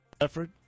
effort